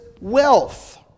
wealth